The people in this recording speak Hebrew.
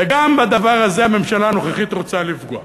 וגם בדבר הזה הממשלה הנוכחית רוצה לפגוע.